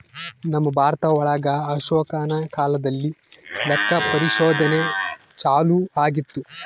ನಮ್ ಭಾರತ ಒಳಗ ಅಶೋಕನ ಕಾಲದಲ್ಲಿ ಲೆಕ್ಕ ಪರಿಶೋಧನೆ ಚಾಲೂ ಆಗಿತ್ತು